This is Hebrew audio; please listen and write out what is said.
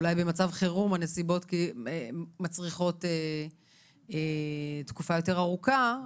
שאולי במצב חירום הנסיבות מצריכות תקופה יותר ארוכה.